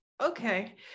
okay